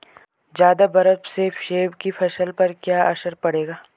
ज़्यादा बर्फ से सेब की फसल पर क्या असर पड़ेगा?